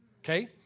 Okay